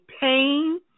pain